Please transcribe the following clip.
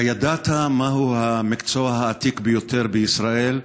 הידעת מהו המקצוע העתיק ביותר בישראל,